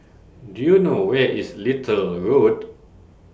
Do YOU know Where IS Little Road